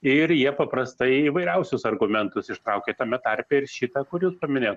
ir jie paprastai įvairiausius argumentus ištraukia tame tarpe ir šitą kur jūs paminėjot